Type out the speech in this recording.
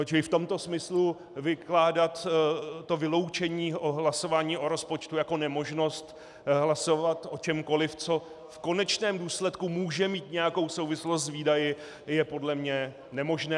Čili v tomto smyslu vykládat to vyloučení hlasování o rozpočtu jako nemožnost hlasovat o čemkoliv, co v konečném důsledku může mít nějakou souvislost s výdaji, je podle mě nemožné.